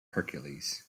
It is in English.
heracles